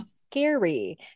scary